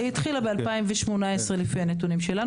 התחילה ב-2018 לפי הנתונים שלנו.